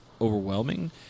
overwhelming